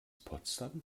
potsdam